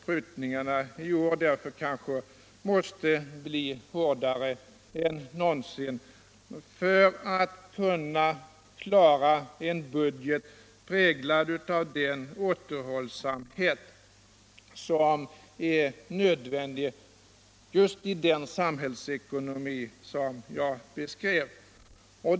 Prutningarna i år måste kanske därför bli hårdare än någonsin för att man skall kunna klara en budget, präglad av den återhållsamhet som är nödvändig just i den sumhällsekonomi som jag beskrev.